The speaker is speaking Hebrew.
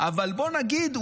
אבל בוא נגיד,